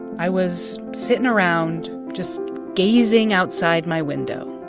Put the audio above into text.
i was sitting around just gazing outside my window.